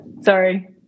Sorry